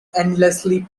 endlessly